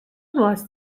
was